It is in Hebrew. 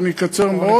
ואני אקצר מאוד,